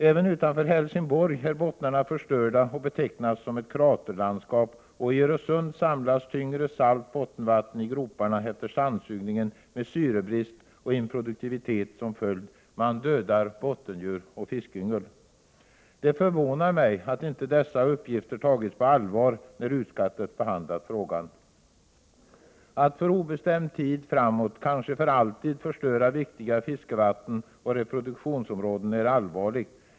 Även utanför Helsingborg är bottnarna förstörda och betecknas som ett kraterlandskap, och i Öresund samlas tyngre salt bottenvatten i groparna efter sandsugningen med syrebrist och improduktivitet som följd. Man dödar bottendjur och fiskyngel. Det förvånar mig att dessa uppgifter inte tagits på allvar när utskottet behandlat frågan. Att för obestämd tid framåt — kanske för alltid — förstöra viktiga fiskevatten och reproduktionsområden är allvarligt.